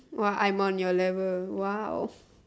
!wah! I'm on your level !wow!